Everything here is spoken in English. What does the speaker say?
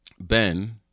Ben